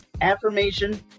affirmation